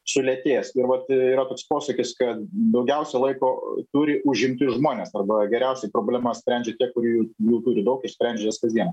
sulėtėjęs ir vat yra toks posakis kad daugiausia laiko turi užimti žmonės arba geriausiai problemas sprendžia tie kurie jų turi daug išsprendžia jas kasdieną